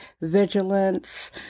vigilance